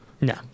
No